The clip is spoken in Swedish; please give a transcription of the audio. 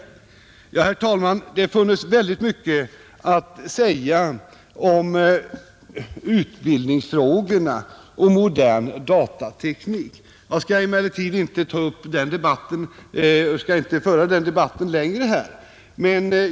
Herr talman! Det funnes väldigt mycket att säga om utbildningsfrågorna och modern datateknik, men jag skall inte föra den debatten längre här.